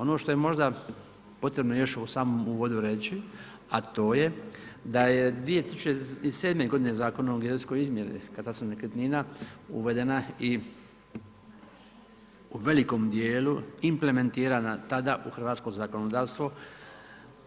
Ono što je možda potrebno još u samom uvodu reći, a to je da je 2007. godine Zakon o geodetskoj izmjeri kada su nekretnina, uvedena i u velikom djelu implementirana tada u hrvatsko zakonodavstvo